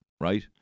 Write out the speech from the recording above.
right